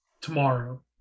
tomorrow